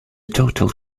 total